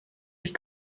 wie